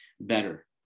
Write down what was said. better